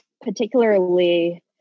particularly